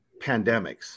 pandemics